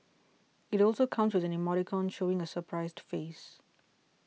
it also comes with an emoticon showing a surprised face